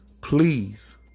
Please